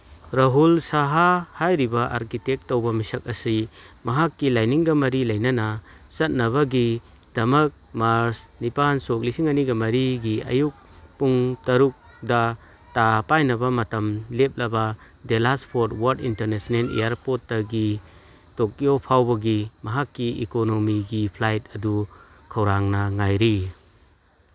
ꯔꯥꯍꯨꯜ ꯁꯥꯍꯥ ꯍꯥꯏꯔꯤꯕ ꯑꯥꯔꯀꯤꯇꯦꯛ ꯇꯧꯕ ꯃꯤꯁꯛ ꯑꯁꯤ ꯃꯍꯥꯛꯀꯤ ꯂꯥꯏꯅꯤꯡꯒ ꯃꯔꯤ ꯂꯩꯅꯅ ꯆꯠꯅꯕꯒꯤꯗꯃꯛ ꯃꯥꯔꯁ ꯅꯤꯄꯥꯜ ꯁꯣꯛ ꯂꯤꯁꯤꯡ ꯑꯅꯤꯒ ꯃꯔꯤꯒꯤ ꯑꯌꯨꯛ ꯄꯨꯡ ꯇꯔꯨꯛꯇ ꯄꯥꯏꯅꯕ ꯃꯇꯝ ꯂꯦꯞꯂꯕ ꯗꯦꯂꯥꯁ ꯐꯣꯔꯠ ꯋꯔꯠ ꯏꯟꯇꯔꯅꯦꯁꯅꯦꯜ ꯏꯌꯔꯄꯣꯔꯠꯇꯒꯤ ꯇꯣꯛꯀꯤꯌꯣ ꯐꯥꯎꯕꯒꯤ ꯃꯍꯥꯛꯀꯤ ꯏꯀꯣꯅꯣꯃꯤꯒꯤ ꯐ꯭ꯂꯥꯏꯠ ꯑꯗꯨ ꯈꯧꯔꯥꯡꯅ ꯉꯥꯏꯔꯤ